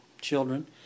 children